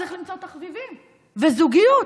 צריך למצוא תחביבים וזוגיות.